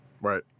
Right